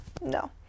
No